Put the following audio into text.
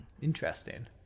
Interesting